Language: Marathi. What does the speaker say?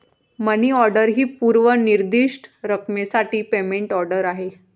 मनी ऑर्डर ही पूर्व निर्दिष्ट रकमेसाठी पेमेंट ऑर्डर आहे